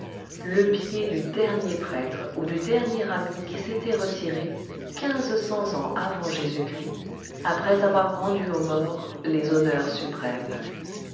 le pied du dernier prêtre ou du dernier ami qui s'était retiré quinze cents ans avant jésus-christ après avoir rendu au mort les honneurs suprêmes